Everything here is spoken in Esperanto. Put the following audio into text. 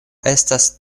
estas